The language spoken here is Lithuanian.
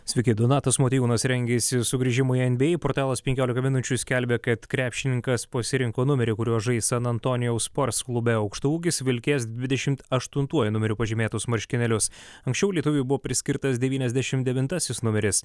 sveiki donatas motiejūnas rengiasi sugrįžimui į nba portalas penkiolika minučių skelbia kad krepšininkas pasirinko numerį kuriuo žais san antonijaus spurs klube aukštaūgis vilkės dvidešimt aštuntuoju numeriu pažymėtus marškinėlius anksčiau lietuviui buvo priskirtas devyniasdešim devintasis numeris